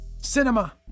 cinema